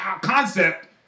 concept